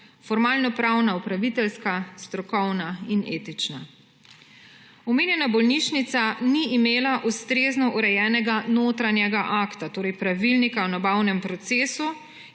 formalnopravna, upraviteljska, strokovna in etična. Omenjena bolnišnica ni imela ustrezno urejenega notranjega akta, torej pravilnika o nabavnem procesu,